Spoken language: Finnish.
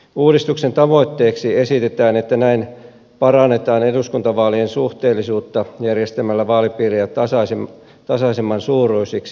uudistuksen tavoitteeksi esitetään että näin parannetaan eduskuntavaalien suhteellisuutta järjestämällä vaalipiirejä tasaisemman suuruisiksi